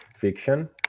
fiction